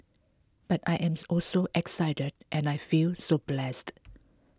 but I am also excited and I feel so blessed